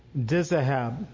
Dizahab